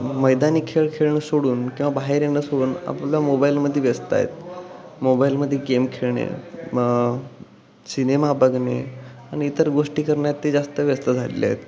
मैदानी खेळ खेळणं सोडून किंवा बाहेर येणं सोडून आपल्या मोबाईलमध्ये व्यस्त आहेत मोबाईलमध्ये गेम खेळणे मग सिनेमा बघणे आणि इतर गोष्टी करण्यात ते जास्त व्यस्त झालेले आहेत